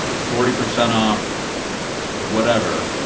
forty percent off whatever.